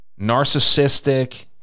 narcissistic